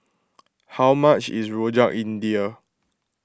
how much is Rojak India